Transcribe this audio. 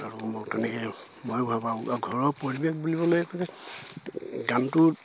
আৰু মই তেনেকে ময়ো ভাল পাঁও আৰু ঘৰৰ পৰিৱেশ বুলিবলৈ গানটো